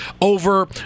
over